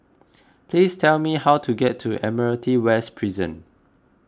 please tell me how to get to Admiralty West Prison